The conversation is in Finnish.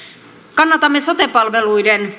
kannatamme sote palveluiden